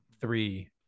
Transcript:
three